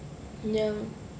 ya